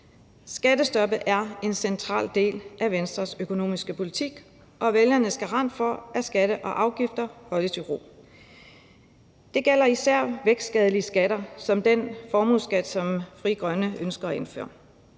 Skattestoppet er en central del af Venstres økonomiske politik og vælgernes garant for, at skatter og afgifter holdes i ro. Det gælder især vækstskadelige skatter som den formueskat, som Frie Grønne ønsker at indføre.